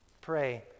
pray